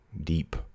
deep